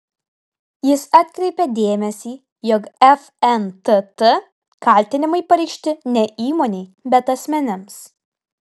jis atkreipia dėmesį jog fntt kaltinimai pareikšti ne įmonei bet asmenims